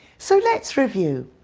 so let's review.